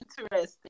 Interesting